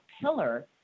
pillar